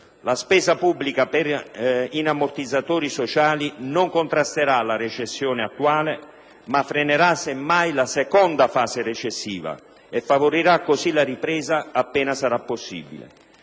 la spesa pubblica in ammortizzatori sociali non contrasterà la recessione attuale, ma frenerà semmai la seconda fase recessiva e favorirà così la ripresa, appena sarà possibile.